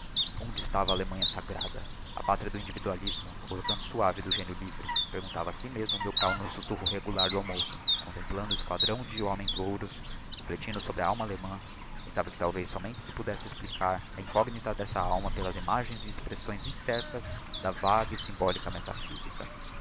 onde estava a allemanha sagrada a pátria do individualismo o recanto suave do génio livre perguntava a si mesmo milkau no sussurro regular do almoço contemplando o esquadrão de homenslouros ereflectindo sobre a alma allemã pensava que talvez somente se pudesse explicar a incógnita d'essa alma pelas imagens e expressões incertas da vaga e symbolica metaphysica